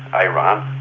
i ran.